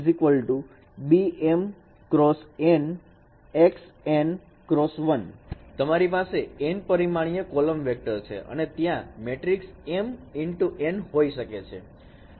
Y m×1 Bm×nXn×1 તમારી પાસે n પરિમાણીય કોલમ વેક્ટર છે અને ત્યાં મેટ્રિક્સ m x n હોઈ શકે છે